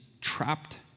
trapped